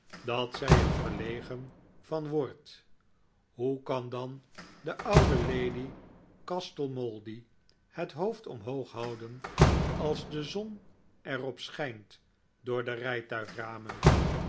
dat zij er verlegen van wordt hoe kan dan de oude lady castlemouldy het hoofd omhoog houden als de zon er op schijnt door de rijtuigramen